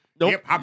Nope